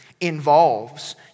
involves